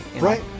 Right